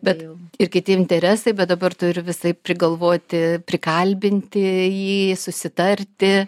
bet ir kiti interesai bet dabar turiu visaip prigalvoti prikalbinti jį susitarti